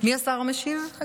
מי השר המשיב?